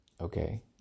Okay